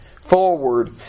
forward